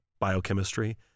biochemistry